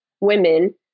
women